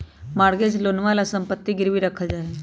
mortgage लोनवा ला सम्पत्ति गिरवी रखल जाहई